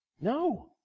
No